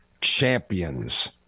champions